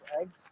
eggs